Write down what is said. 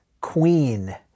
queen